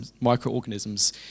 microorganisms